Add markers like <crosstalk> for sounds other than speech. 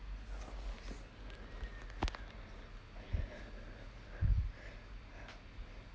<breath>